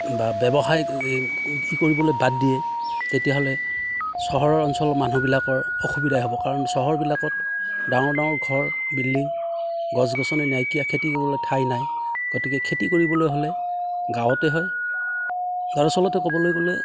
বা ব্যৱসায় কি কৰিবলৈ বাদ দিয়ে তেতিয়াহ'লে চহৰৰ অঞ্চলৰ মানুহবিলাকৰ অসুবিধাই হ'ব কাৰণ চহৰবিলাকত ডাঙৰ ডাঙৰ ঘৰ বিল্ডিং গছ গছনি নাইকিয়া খেতি কৰিবলৈ ঠাই নাই গতিকে খেতি কৰিবলৈ হ'লে গাঁৱতে হয় দৰাচলতে ক'বলৈ গ'লে